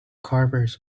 carvers